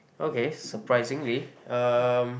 okay surprisingly um